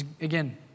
Again